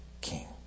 king